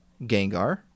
Gengar